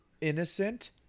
innocent